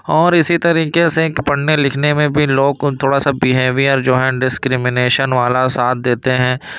اور اسی طریقے سے پڑھنے لکھنے میں بھی لوگوں کو تھوڑا سا بہیویر جو ہے ڈسکرمنیشن والا ساتھ دیتے ہیں